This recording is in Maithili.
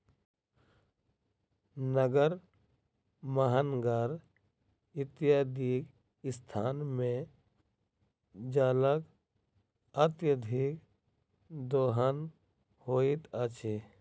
नगर, महानगर इत्यादिक स्थान मे जलक अत्यधिक दोहन होइत अछि